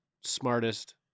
smartest